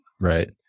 Right